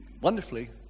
wonderfully